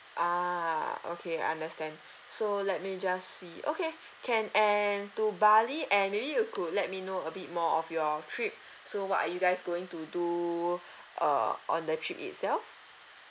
ah okay understand so let me just see okay can and to bali and maybe you could let me know a bit more of your trip so what are you guys going to do uh on the trip itself